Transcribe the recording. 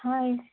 hi